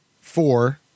four